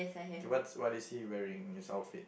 K what's what is he wearing his outfit